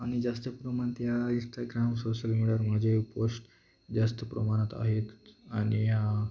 आणि जास्त प्रमाणात या इनस्टाग्राम सोशल मीडियावर माझे पोस्ट जास्त प्रमाणात आहेत आणि या